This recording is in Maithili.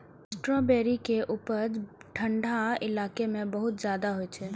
स्ट्राबेरी के उपज ठंढा इलाका मे बहुत ज्यादा होइ छै